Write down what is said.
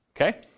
Okay